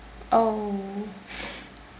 oh